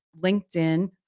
LinkedIn